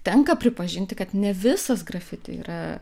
tenka pripažinti kad ne visas grafiti yra